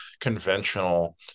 conventional